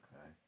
Okay